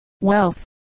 wealth